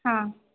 हां